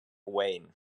wayne